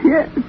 Yes